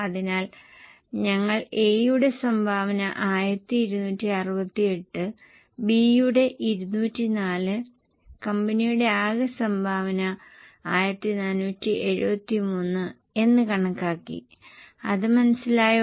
അതിനാൽ ഞങ്ങൾ A യുടെ സംഭാവന 1268 B യുടെ 204 കമ്പനിയുടെ ആകെ സംഭാവന 1473 എന്ന് കണക്കാക്കി അത് മനസ്സിലായോ